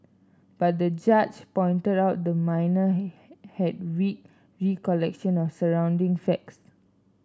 but the judge pointed out the minor had weak recollection of surrounding facts